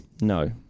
No